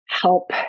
help